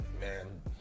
man